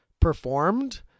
performed